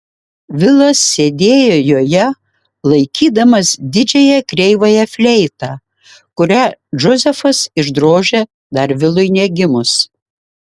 vilas sėdėjo joje laikydamas didžiąją kreivąją fleitą kurią džozefas išdrožė dar vilui negimus